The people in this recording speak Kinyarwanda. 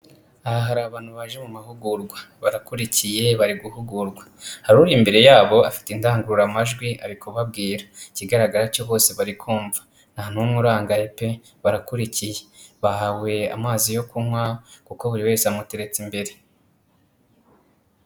Aha hari abantu baje mu mahugurwa barakurikiye bari guhugurwa, hari uri imbere yabo afite indangururamajwi ari kubabwira, ikigaragara cyo bose barikumva nta n'umwe urangaye pe, barakurikiye bahawe amazi yo kunywa kuko buri wese amuteretse imbere.